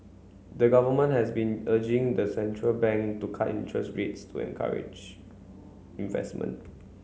the government has been urging the central bank to cut interest rates to encourage investment